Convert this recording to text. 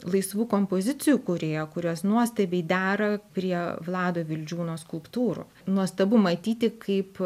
laisvų kompozicijų kūrėją kurios nuostabiai dera prie vlado vildžiūno skulptūrų nuostabu matyti kaip